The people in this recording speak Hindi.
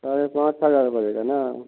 साढ़े पाँच हज़ार पड़ेगा ना